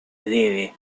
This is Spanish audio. debe